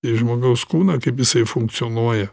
į žmogaus kūną kaip jisai funkcionuoja